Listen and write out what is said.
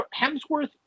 hemsworth